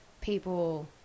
people